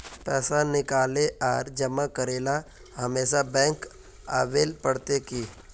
पैसा निकाले आर जमा करेला हमेशा बैंक आबेल पड़ते की?